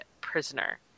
prisoner